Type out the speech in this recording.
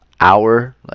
hour